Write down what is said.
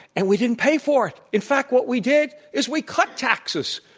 and we didn't pay for it. in fact, what we did is we cut taxes.